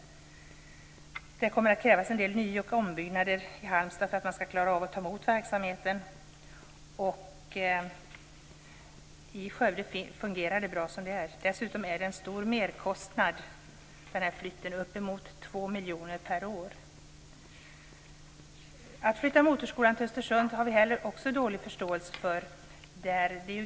Det kommer att krävas en del nyoch ombyggnader i Halmstad för att man skall klara av att ta emot verksamheten. I Skövde fungerar det bra som det är. Dessutom är det en stor merkostnad, uppemot 2 miljoner kronor per år. Flyttningen av Motorskolan till Östersund har vi också dålig förståelse för.